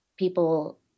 people